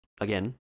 again